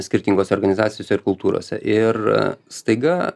skirtingose organizacijose ir kultūrose ir staiga